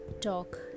talk